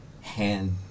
hand